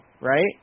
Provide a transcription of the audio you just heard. right